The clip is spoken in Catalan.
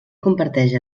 comparteix